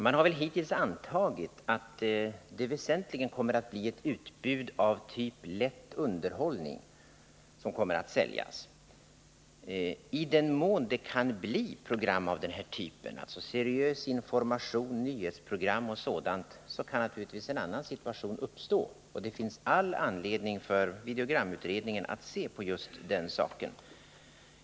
Man har väl hittills antagit att det väsentligen kommer att bli av typen lätt underhållning. Men i den mån det kan bli program av den här typen, alltså seriös information, nyhetsprogram och sådant, kan naturligtvis en annan situation uppstå, och det finns all anledning för videogramutredningen att se på just den saken.